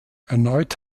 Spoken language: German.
erneut